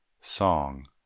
SONG